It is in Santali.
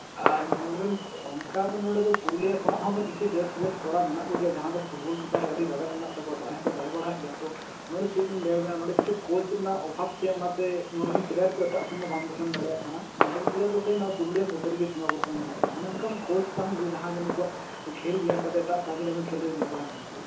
ᱧᱮᱞ ᱵᱮᱱ ᱚᱱᱠᱟ ᱫᱚ ᱱᱚᱰᱮ ᱯᱩᱨᱩᱞᱤᱭᱟᱹ ᱠᱷᱚᱱᱟᱜ ᱦᱚᱸ ᱠᱤᱪᱷᱩ ᱵᱮᱥ ᱵᱮᱥ ᱠᱚᱲᱟ ᱢᱮᱱᱟᱜ ᱠᱚᱜᱮᱭᱟ ᱡᱟᱦᱟᱸ ᱫᱚ ᱯᱷᱩᱴᱵᱚᱞ ᱪᱮᱛᱟᱱ ᱨᱮ ᱟᱹᱰᱤ ᱨᱟᱜᱟᱫ ᱢᱮᱱᱟᱜ ᱛᱟᱠᱚᱣᱟ ᱫᱟᱲᱮ ᱦᱚᱸᱠᱚ ᱫᱟᱲᱮ ᱵᱟᱲᱟ ᱦᱟᱫ ᱜᱮᱭᱟ ᱛᱚ ᱱᱚᱰᱮ ᱪᱮᱫ ᱞᱤᱧ ᱞᱟᱹᱭᱟᱵᱮᱱᱟ ᱱᱚᱸᱰᱮ ᱠᱤᱪᱷᱩ ᱠᱳᱪ ᱨᱮᱱᱟᱜ ᱚᱵᱷᱟᱵᱛᱮ ᱱᱚᱰᱮᱨᱮᱢ ᱯᱞᱮᱭᱟᱨ ᱠᱚ ᱮᱴᱟᱜ ᱥᱮᱱ ᱫᱚ ᱵᱟᱝᱠᱚ ᱥᱮᱱ ᱫᱟᱲᱮᱭᱟᱜ ᱠᱟᱱᱟ ᱱᱚᱰᱮ ᱨᱮᱱ ᱯᱞᱮᱭᱟᱨ ᱫᱚ ᱥᱮᱭ ᱯᱩᱨᱩᱞᱤᱭᱟᱹ ᱢᱚᱫᱽᱫᱷᱮ ᱨᱮᱜᱮ ᱥᱤᱢᱟᱵᱚᱫᱽᱫᱷᱚ ᱢᱮᱱᱟᱜ ᱠᱚᱣᱟ ᱢᱟᱱᱮ ᱚᱱᱠᱟᱱ ᱠᱳᱪ ᱵᱟᱝ ᱡᱮ ᱡᱟᱦᱟᱸᱭ ᱫᱚ ᱱᱩᱠᱩᱣᱟᱜ ᱡᱮ ᱠᱷᱮᱞ ᱧᱮᱞ ᱠᱟᱛᱮ ᱮᱴᱟᱜ ᱫᱟᱹᱢᱤ ᱫᱟᱹᱢᱤ ᱠᱷᱮᱞ ᱨᱮᱭ ᱤᱫᱤ ᱠᱚᱣᱟ ᱢᱮᱱᱛᱮ